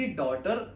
daughter